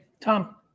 Tom